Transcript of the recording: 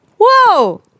Whoa